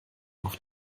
noch